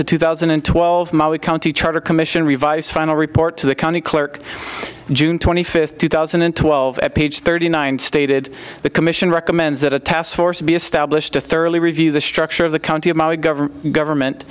to two thousand and twelve molly county charter commission revised final report to the county clerk june twenty fifth two thousand and twelve at page thirty nine stated the commission recommends that a task force be established to thoroughly review the structure of the country of mali government government